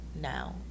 now